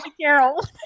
carol